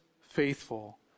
faithful